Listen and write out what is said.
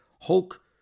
Hulk